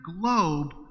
globe